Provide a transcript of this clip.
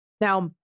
Now